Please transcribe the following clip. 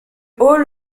hall